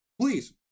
Please